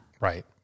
Right